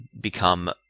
become